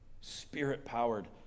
Spirit-powered